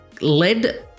lead